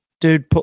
Dude